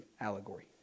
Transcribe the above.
allegory